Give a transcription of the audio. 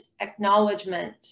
acknowledgement